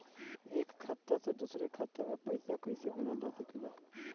एक खाता से दूसरे खाता मे पइसा कईसे भेजल जा सकेला?